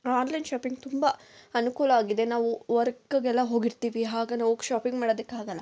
online shopping ತುಂಬ ಅನುಕೂಲ ಆಗಿದೆ ನಾವು ವರ್ಕ್ಗೆಲ್ಲ ಹೋಗಿರ್ತೀವಿ ಆಗ ನಾವು ಶಾಪಿಂಗ್ ಮಾಡೋದಕ್ಕಾಗೋಲ್ಲ